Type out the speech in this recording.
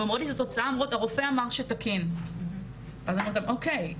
ואומרות לי על התוצאה: הרופא אמר שתקין אז אני אומרת - אוקיי,